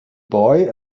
boy